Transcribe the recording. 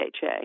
DHA